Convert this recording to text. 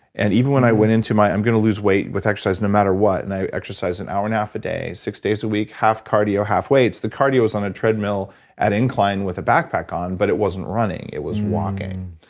and even when i went into my, i'm gonna lose weight with exercise no matter what, and i exercised an hour and a half a day, six days a week, half cardio, half weights, the cardio was on a treadmill at incline with a backpack on but it wasn't running. it was walking.